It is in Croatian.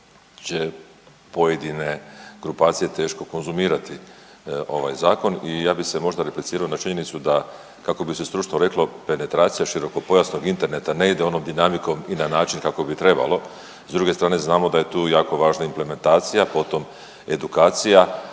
će pojedine grupacije teško konzumirati ovaj zakon i ja bi se možda replicirao na činjenicu da kako bi se stručno reklo penetracija širokopojasnog interneta ne ide onom dinamikom i na način kako bi trebalo. S druge strane znamo da je tu jako važna implementacija potom edukacija,